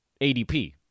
ADP